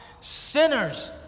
Sinners